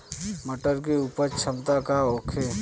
मटर के उपज क्षमता का होखे?